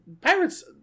Pirates